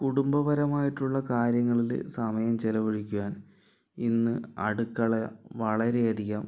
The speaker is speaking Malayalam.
കുടുംബപരമായിട്ടുള്ള കാര്യങ്ങളില് സമയം ചെലവഴിക്കുവാൻ ഇന്ന് അടുക്കള വളരെ അധികം